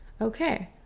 Okay